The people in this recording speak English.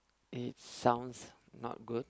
it sounds not good